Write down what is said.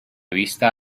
vista